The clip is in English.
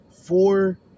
four